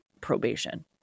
probation